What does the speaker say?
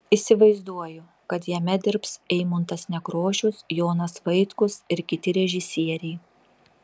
įsivaizduoju kad jame dirbs eimuntas nekrošius jonas vaitkus ir kiti režisieriai